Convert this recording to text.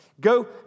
Go